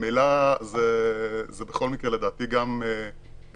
ממילא זה בכל מקרה גם לדעתי גם בצווים